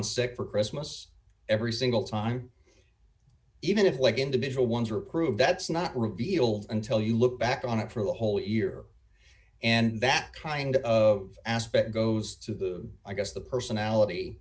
in sick for christmas every single time even if like individual ones are approved that's not revealed until you look back on it for a whole year and that kind of aspect goes to the i guess the personality